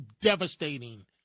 devastating